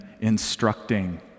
instructing